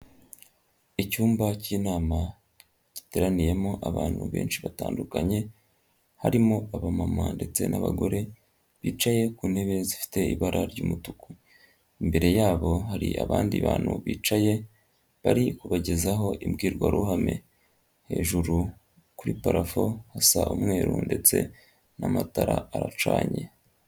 Icyumba cy'inama, giteraniyemo abantu benshi batandukanye, harimo abamama ndetse n'abagore bicaye ku ntebe zifite ibara ry'umutuku. Imbere yabo hari abandi bantu bicaye, bari kubagezaho imbwirwaruhame. Hejuru kuri parafo hasa umweru ndetse n'amatara aracanye.